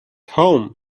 home